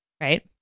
right